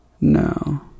No